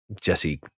Jesse